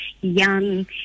young